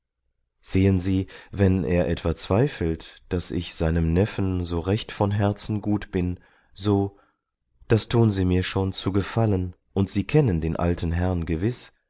sehen sie wenn er etwa zweifelt daß ich seinem neffen so recht von herzen gut bin so das tun sie mir schon zu gefallen und sie kennen den alten herrn gewiß so